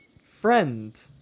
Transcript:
friend